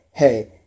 Hey